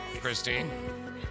Christine